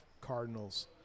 Cardinals